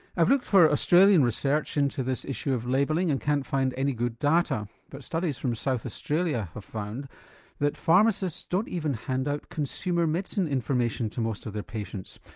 i've looked for australian research into this issue of labelling and can't find any good data but studies from south australia have found that pharmacists don't even hand out consumer medicine information to most of their patients.